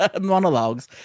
monologues